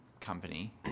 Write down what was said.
company